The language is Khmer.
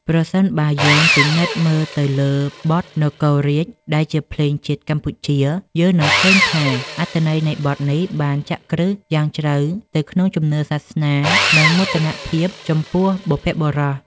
ប្រសិនបើយើងពិនិត្យមើលទៅលើបទ នគររាជ ដែលជាភ្លេងជាតិកម្ពុជា យើងនឹងឃើញថាអត្ថន័យនៃបទនេះបានចាក់គ្រឹះយ៉ាងជ្រៅទៅក្នុងជំនឿសាសនា និងមោទនភាពចំពោះបុព្វបុរស។